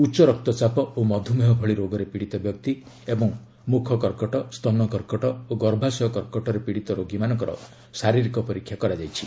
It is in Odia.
ଉଚ୍ଚ ରକ୍ତଚାପ ଓ ମଧୁମେହ ଭଳି ରୋଗରେ ପୀଡ଼ିତ ବ୍ୟକ୍ତି ଏବଂ ମୁଖ କର୍କଟ ସ୍ତନ କର୍କଟ ଓ ଗର୍ଭାସୟ କର୍କଟରେ ପୀଡ଼ିତ ରୋଗୀମାନଙ୍କର ଶାରିରୀକ ପରୀକ୍ଷା କରାଯାଇଛି